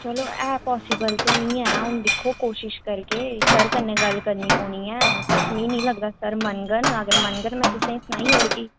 चलो ऐ पासिबल ते नी ऐ हून दिक्खो कोशिश करगे सर कन्नै गल्ल करनी पौनी ऐ पर मि नी लगदा सर मनङन अगर मनङन में तुसेंगी सनाई ओड़गी